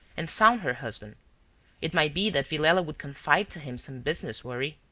and sound her husband it might be that villela would confide to him some business worry.